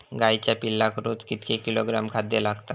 गाईच्या पिल्लाक रोज कितके किलोग्रॅम खाद्य लागता?